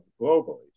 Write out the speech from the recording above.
globally